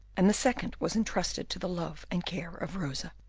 and the second was intrusted to the love and care of rosa.